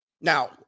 Now